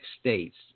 states